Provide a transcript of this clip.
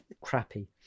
crappy